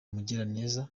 mugiraneza